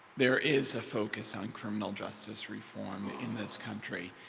there is a focus on criminal justice reform in this country.